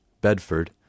Bedford